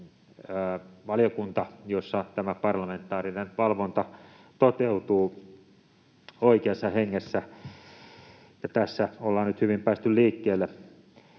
valiokunta, jossa tämä parlamentaarinen valvonta toteutuu oikeassa hengessä. Tässä ollaan nyt hyvin päästy liikkeelle.